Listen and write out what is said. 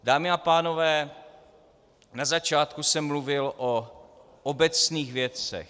Dámy a pánové, na začátku jsem mluvil o obecných věcech.